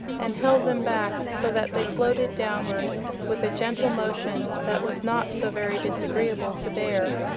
and held them back so that they floated downward with a gentle motion that was not so very disagreeable to bear.